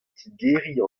tigeriñ